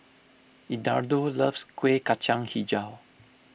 Eduardo loves Kueh Kacang HiJau